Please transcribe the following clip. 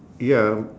ya